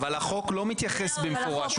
אבל החוק לא מתייחס במפורש,